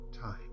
time